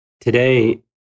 today